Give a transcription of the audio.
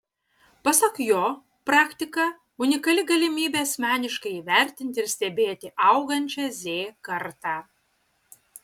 pasak jo praktika unikali galimybė asmeniškai įvertinti ir stebėti augančią z kartą